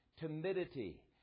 timidity